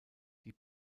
die